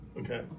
Okay